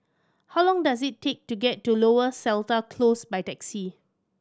how long does it take to get to Lower Seletar Close by taxi